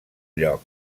lloc